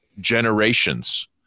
generations